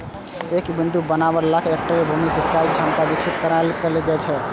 एक बिंदु बाबन लाख हेक्टेयर भूमि मे सिंचाइ क्षमता विकसित करनाय एकर लक्ष्य छै